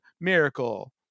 Miracle